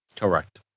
Correct